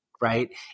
right